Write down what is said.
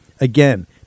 Again